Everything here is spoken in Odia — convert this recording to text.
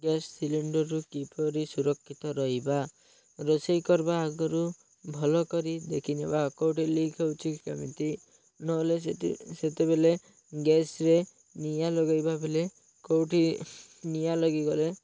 ଗ୍ୟାସ୍ ସିଲିଣ୍ଡରରୁ କିପରି ସୁରକ୍ଷିତ ରହିବା ରୋଷେଇ କରିବା ଆଗୁରୁ ଭଲ କରି ଦେଖିନେବା କେଉଁଠି ଲିକ୍ ହଉଛି କେମିତି ନହେଲେ ସେତେବେଲେ ଗ୍ୟାସ୍ରେ ନିଆଁ ଲଗାଇବା ବଲେ କେଉଁଠି ନିଆଁ ଲାଗିଗଲେ